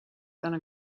gonna